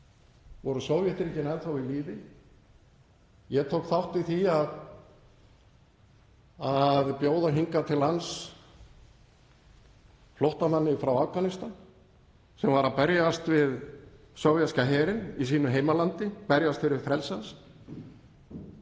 voru Sovétríkin enn við lýði. Ég tók þátt í því að bjóða hingað til lands flóttamanni frá Afganistan sem var að berjast við sovéska herinn í sínu heimalandi, berjast fyrir frelsi